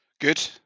Good